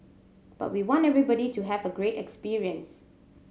but we want everybody to have a great experience